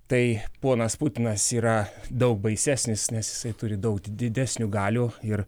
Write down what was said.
tai ponas putinas yra daug baisesnis nes jisai turi daug didesnių galių ir